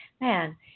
man